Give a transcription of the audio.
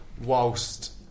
whilst